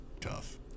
tough